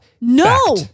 No